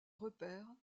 repaire